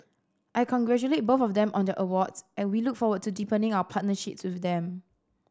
I congratulate both of them on their awards and we look forward to deepening our partnerships with them